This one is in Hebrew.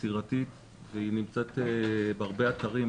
יצירתית והיא נמצאת בהרבה אתרים,